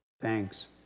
thanks